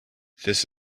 this